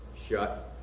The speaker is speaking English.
Shut